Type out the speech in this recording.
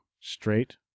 Straight